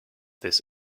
this